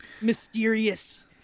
mysterious